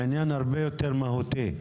העניין הרבה יותר מהותי.